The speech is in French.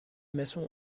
maçons